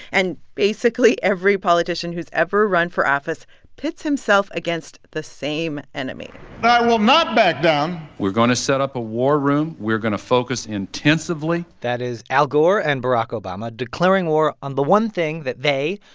and basically every politician who's ever run for office pits himself against the same enemy i will not back down we're going to set up a war room. we're going to focus intensively that is al gore and barack obama declaring war on the one thing that they,